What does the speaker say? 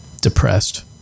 depressed